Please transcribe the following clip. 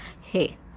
Hey